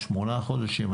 שמונה חודשים,